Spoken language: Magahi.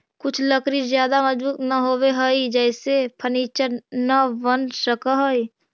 कुछ लकड़ी ज्यादा मजबूत न होवऽ हइ जेसे फर्नीचर न बन सकऽ हइ